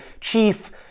chief